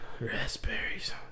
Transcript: Raspberries